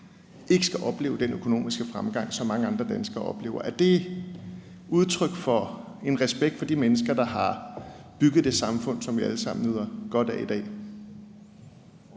ikke skal opleve den økonomiske fremgang, som mange andre danskere oplever? Er det udtryk for en respekt for de mennesker, der har bygget det samfund, som vi alle sammen nyder godt af i dag?